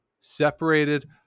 separated